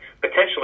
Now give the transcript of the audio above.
potentially